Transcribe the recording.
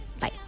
bye